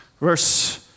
Verse